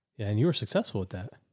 and you were successful with that?